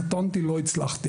קטונתי; לא הצלחתי.